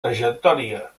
trajectòria